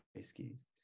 skis